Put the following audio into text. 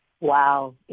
Wow